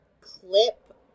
clip